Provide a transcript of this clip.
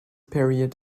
period